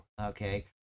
okay